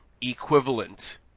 equivalent